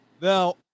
now